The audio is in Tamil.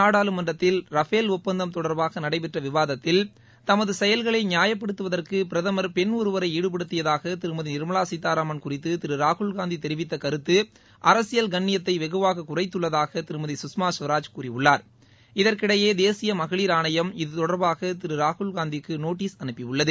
நாடாளுமன்றத்தில் ரபேல் ஒப்பந்தம் தொடர்பாக நடைபெற்ற விவாதத்தில் தமது செயல்களை நியாயப்படுத்துவதற்கு பிரதமர் பெண் ஒருவரை ஈடுபடுத்தியதாக திருமதி நிர்மலா சீத்தாராமன் குறித்து திரு ராகுல் காந்தி தெரிவித்த கருத்து அரசியல் கண்ணியத்தை வெகுவாக குறைத்துள்ளதாக திருமதி குஷ்மா சுவராஜ் கூறியுள்ளார் இதற்கிடையே தேசிய மகளிர் ஆணையம் இது தொடர்பாக திரு ராகுல் காந்திக்கு நோட்டீஸ் அனுப்பியுள்ளது